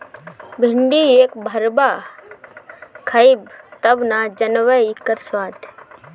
भिन्डी एक भरवा खइब तब न जनबअ इकर स्वाद